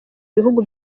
bihugu